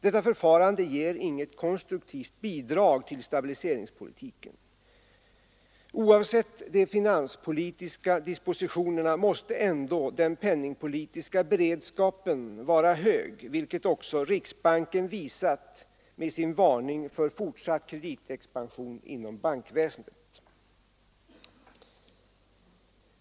Detta förfarande ger inget konstruktivt bidrag till stabiliseringspolitiken. Oavsett de finanspolitiska dispositionerna måste den penningpolitiska beredskapen vara hög, vilket också riksbanken visat med sin varning för fortsatt kreditexpansion inom bankväsendet.